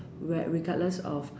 re~ regardless of